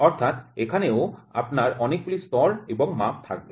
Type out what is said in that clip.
অর্থাৎ এখানেও আপনার অনেকগুলি স্তর এবং মাপ থাকবে